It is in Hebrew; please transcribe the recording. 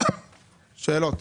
קודם כול,